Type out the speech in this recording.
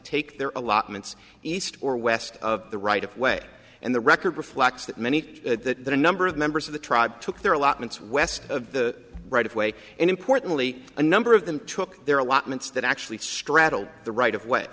take their allotments east or west of the right of way and the record reflects that many that the number of members of the tribe took their allotments west of the right of way and importantly a number of them took their allotments that actually straddled the right of